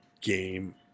game